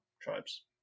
tribes